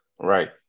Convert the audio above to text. Right